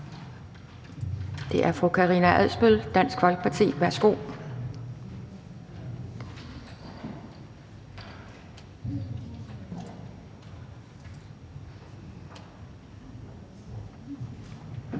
Det er fru Karina Adsbøl, Dansk Folkeparti. Værsgo.